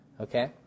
Okay